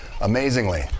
Amazingly